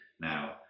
now